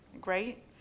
Great